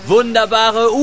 Wunderbare